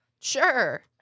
Sure